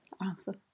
Awesome